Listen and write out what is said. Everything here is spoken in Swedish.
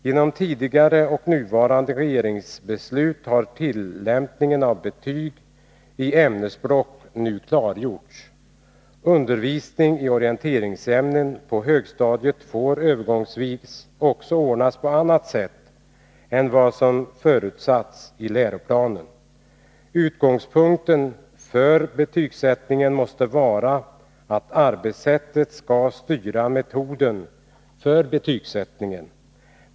Genom regeringsbeslut har nu klargjorts hur tillämpningen av sammanfattningsbetyg i ämnesgrupp skall ske. Undervisning i orienteringsämnen på högstadiet får övergångsvis också ordnas på annat sätt än som föreskrivits i läroplanen. Utgångspunkten för betygsättningen måste vara att arbetssättet skall styra metoden för betygsättningen.